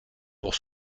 pour